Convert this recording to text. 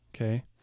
okay